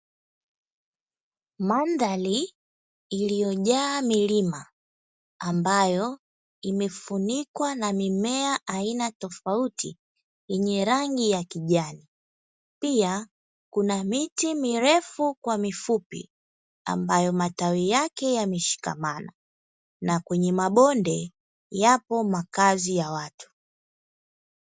Mandhari iliyojaa milima ambayo imefunikwa na mimea aina tofauti yenye rangi ya kijan,i pia kuna miti mirefu kwa mifupi ambayo matawi yake yameshikamana na kwenye mabonde yapo makazi ya watu.